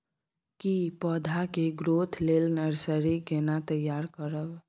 की पौधा के ग्रोथ लेल नर्सरी केना तैयार करब?